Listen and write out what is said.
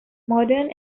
modern